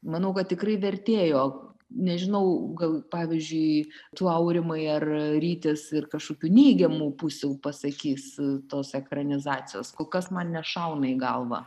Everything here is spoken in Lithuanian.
manau kad tikrai vertėjo nežinau gal pavyzdžiui tu aurimai ar rytis ir kažkokių neigiamų pusių pasakys tos ekranizacijos kol kas man nešauna į galvą